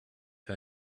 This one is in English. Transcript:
her